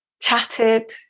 chatted